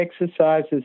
exercises